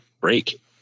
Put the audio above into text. break